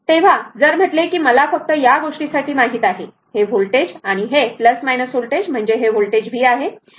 तेव्हा जर म्हंटले कि मला फक्त या गोष्टीसाठी माहित आहे हे व्होल्टेज आणि हे व्होल्टेज म्हणजे हे व्होल्टेज v आहे